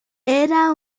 era